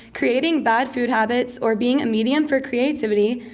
creating bad food habits or being a medium for creativity,